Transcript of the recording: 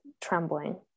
trembling